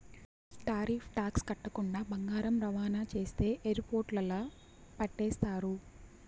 tariff tax కట్టకుండా బంగారం రవాణా చేస్తే ఎయిర్పోర్టుల్ల పట్టేస్తారు